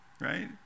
Right